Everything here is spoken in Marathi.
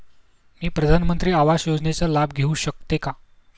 मी प्रधानमंत्री आवास योजनेचा लाभ घेऊ शकते का?